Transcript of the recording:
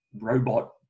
robot